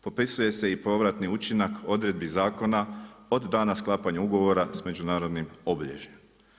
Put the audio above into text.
Propisuje se i povratni učinak odredbi zakona od dana sklapanja ugovora s međunarodnim obilježjem.